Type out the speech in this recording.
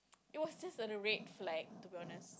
it was just red flag to be honest